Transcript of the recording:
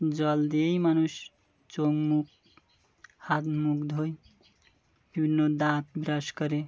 জল দিয়েই মানুষ চোখ মুখ হাত মুখ ধোয় বিভিন্ন দাঁত ব্রাশ করে